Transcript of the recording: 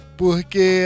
porque